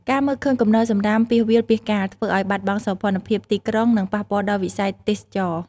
ការមើលឃើញគំនរសំរាមពាសវាលពាសកាល ធ្វើឲ្យបាត់បង់សោភ័ណភាពទីក្រុង និងប៉ះពាល់ដល់វិស័យទេសចរណ៍។